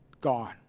gone